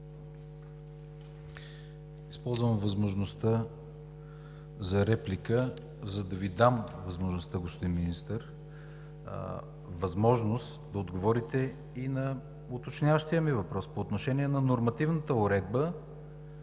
Използвам възможността за реплика, за да Ви дам възможност, господин Министър, да отговорите и на уточняващия ми въпрос по отношение на нормативната уредба,